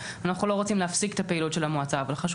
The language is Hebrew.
אנחנו לא רוצים להפסיק את הפעילות של המועצה אבל חשוב,